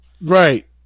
Right